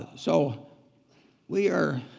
so we are,